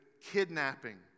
kidnapping